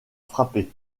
frapper